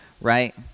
right